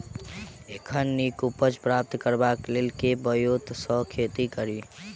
एखन नीक उपज प्राप्त करबाक लेल केँ ब्योंत सऽ खेती कड़ी?